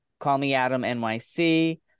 callmeadamnyc